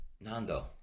Nando